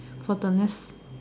for the next